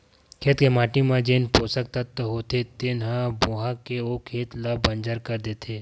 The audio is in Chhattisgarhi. खेत के माटी म जेन पोसक तत्व होथे तेन ह बोहा के ओ खेत ल बंजर कर देथे